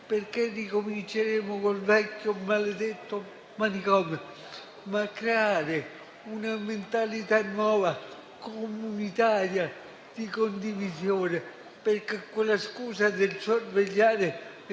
perché ricominceremmo con il vecchio maledetto manicomio, ma creare una mentalità nuova comunitaria di condivisione, perché, con la scusa del sorvegliare